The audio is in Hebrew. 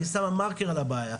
שמה מרקר על הבעיה.